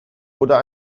oder